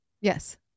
Yes